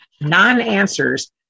non-answers